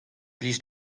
blij